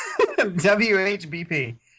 WHBP